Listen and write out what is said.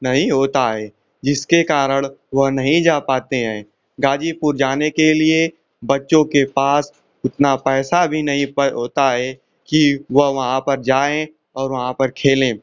नहीं होता है जिसके कारण वह नहीं जा पाते हैं गाजीपुर जाने के लिए बच्चों के पास उतना पैसा भी नहीं होता है कि वह वहाँ पर जाएँ और वहाँ पर खेलें